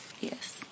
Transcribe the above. yes